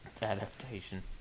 Adaptation